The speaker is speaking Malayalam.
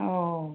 ഓ ഓ ഓ